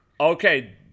Okay